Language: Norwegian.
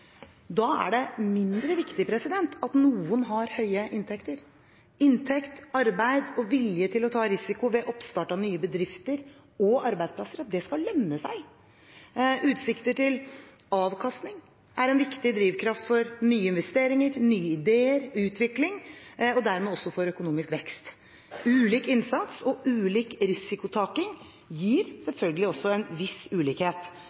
Da er det mindre viktig at noen har høye inntekter. Innsats, arbeid og vilje til å ta risiko ved oppstart av nye bedrifter og arbeidsplasser skal lønne seg. Utsikter til avkastning er en viktig drivkraft for nye investeringer, nye ideer og utvikling, og dermed også for økonomisk vekst. Ulik innsats og ulik risikotaking gir selvfølgelig også en viss ulikhet.